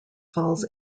falls